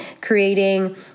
creating